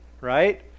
right